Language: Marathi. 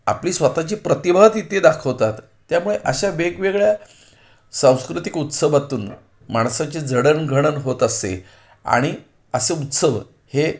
आपली स्वतःची प्रतिभा तिथे दाखवतात त्यामुळे अशा वेगवेगळ्या सांस्कृतिक उत्सवातून माणसाची जडणघडण होत असते आणि असे उत्सव हे